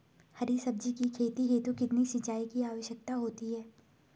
हरी सब्जी की खेती हेतु कितने सिंचाई की आवश्यकता होती है?